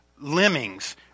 lemmings